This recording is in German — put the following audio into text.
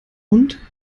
und